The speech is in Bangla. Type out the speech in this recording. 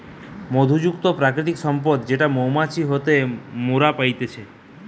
মধু যুক্ত প্রাকৃতিক সম্পদ যেটো মৌমাছি হইতে মোরা পাইতেছি